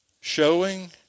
showing